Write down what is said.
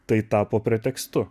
tai tapo pretekstu